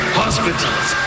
hospitals